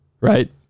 Right